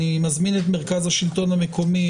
אני מזמין את מרכז השלטון המקומי,